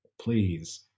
Please